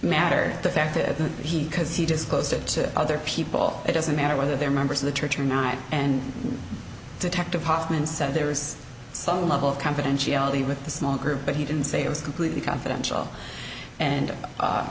matter the fact that he because he disclosed it to other people it doesn't matter whether they are members of the church or not and detective hofmann said there is some level of confidentiality with the small group but he didn't say it was completely confidential and